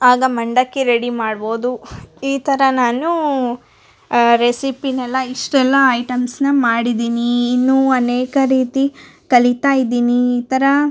ಆಗ ಮಂಡಕ್ಕಿ ರೆಡಿ ಮಾಡ್ಬೋದು ಈ ಥರ ನಾನು ಆ ರೆಸಿಪಿನೆಲ್ಲ ಇಷ್ಟೆಲ್ಲ ಐಟಮ್ಸ್ ನಾ ಮಾಡಿದ್ದೀನಿ ಇನ್ನು ಅನೇಕ ರೀತಿ ಕಲಿತಾ ಇದ್ದೀನಿ ಈ ಥರ